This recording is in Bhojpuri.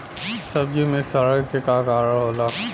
सब्जी में सड़े के का कारण होला?